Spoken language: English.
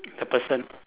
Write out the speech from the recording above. the person